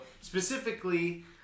specifically